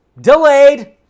delayed